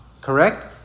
Correct